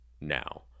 Now